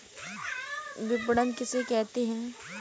विपणन किसे कहते हैं?